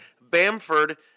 Bamford